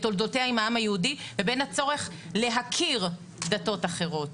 תולדותיה לעם היהודי לבין הצורך להכיר דתות אחרות.